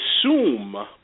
assume